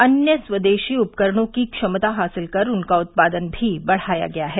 अन्य स्वदेशी उपकरणों की क्षमता हासिल कर उनका उत्पादन भी बढ़ाया गया है